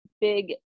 big